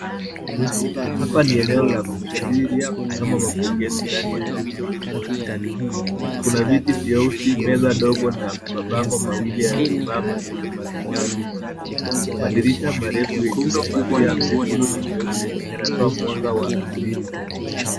Hapa ni eneo la kusubiria ama mapokezi ndani ya jumba. Kuna viti vyeusi, meza ndogo na mabango mawili yaliyosimama yenye matangazo . Madirisha marefu yenye mapazia mekundu na meupe yanatoa mwanga wa asili.